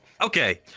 Okay